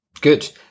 good